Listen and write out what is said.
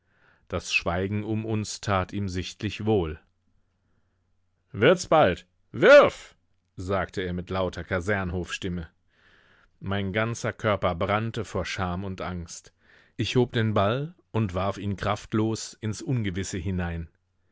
das schweigen um uns tat ihm sichtlich wohl wird's bald wirf sagte er mit lauter kasernhofstimme mein ganzer körper brannte vor scham und angst ich hob den ball und warf ihn kraftlos ins ungewisse hinein